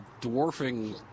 dwarfing